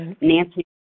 Nancy